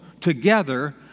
together